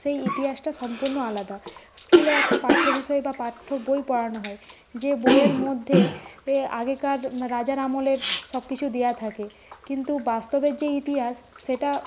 সেই ইতিহাসটা সম্পূর্ণ আলাদা স্কুলে একটা পাঠ্য বিষয় বা পাঠ্যবই পড়ানো হয় যে বইয়ের মধ্যে এ আগেকার রাজার আমলের সকিছু দেওয়া থাকে কিন্তু বাস্তবের যে ইতিহাস সেটা